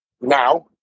now